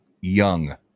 young